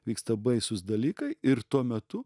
vyksta baisūs dalykai ir tuo metu